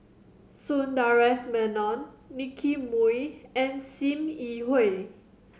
Sundaresh Menon Nicky Moey and Sim Yi Hui